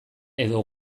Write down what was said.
edo